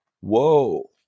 Whoa